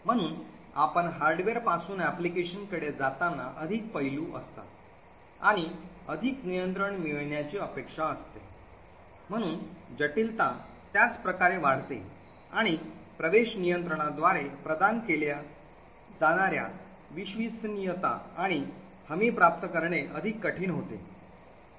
म्हणून आपण हार्डवेअरपासून application कडे जाताना अधिक पैलू असतात आणि अधिक नियंत्रण मिळण्याची अपेक्षा असते म्हणूनच जटिलता त्याच प्रकारे वाढते आणि access control द्वारे प्रदान केल्या जाणार्या विश्वसनीयता आणि हमी प्राप्त करणे अधिक कठीण होते